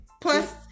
Plus